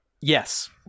Yes